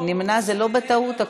נמנע לא בטעות?